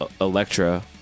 Electra